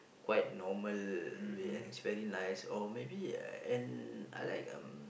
quite normal way and it's very nice or maybe and I like um